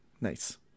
Nice